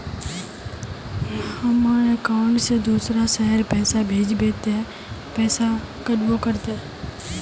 हमर अकाउंट से दूसरा शहर पैसा भेजबे ते पैसा कटबो करते?